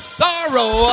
sorrow